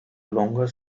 longer